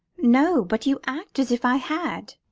no but you act as if i had.